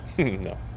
No